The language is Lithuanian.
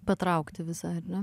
patraukti visai ar ne